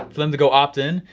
for them to go opt in,